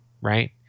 right